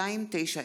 מ/1290.